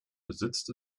besitzt